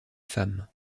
femmes